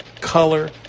color